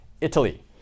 Italy